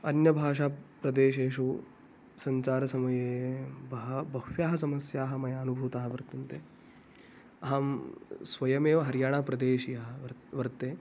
अन्यभाषा प्रदेशेषु सञ्चारसमये बह्व्यः बह्व्यः समस्याः मया अनुभूताः वर्तन्ते अहं स्वयमेव हरियाणाप्रदेशीयः वर्तते वर्ते